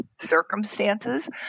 circumstances